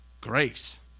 Grace